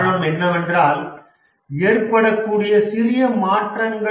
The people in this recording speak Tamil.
காரணம் என்னவென்றால் ஏற்படக்கூடிய சிறிய மாற்றங்கள்